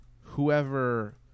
whoever